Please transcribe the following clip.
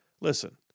Listen